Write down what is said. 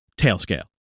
TailScale